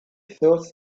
thought